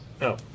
No